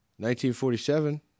1947